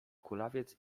kulawiec